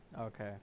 Okay